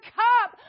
cup